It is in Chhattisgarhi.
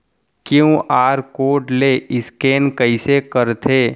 क्यू.आर कोड ले स्कैन कइसे करथे?